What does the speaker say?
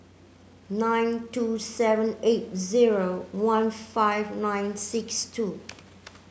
nine two seven eight zero one five nine six two